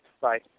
Bye